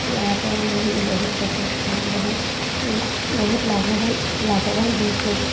ইয়াৰ পৰাই মই বহুত যথে মই বহুত বহুত লাভৱান লাভৱান হৈছোঁ